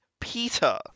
Peter